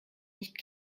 nicht